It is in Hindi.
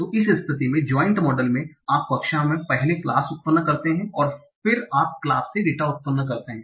तो इस स्थिति में जाइंट मॉडल में आप कक्षा में पहले क्लास उत्पन्न करते हैं और फिर आप क्लास से डेटा उत्पन्न करते हैं